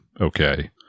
okay